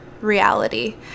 reality